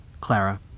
Clara